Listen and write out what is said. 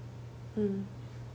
mm